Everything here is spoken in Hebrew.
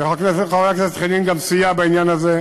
וחבר הכנסת חנין גם סייע בעניין הזה,